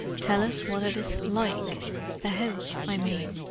tell us what it is like the house, i mean.